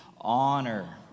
honor